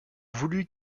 voulut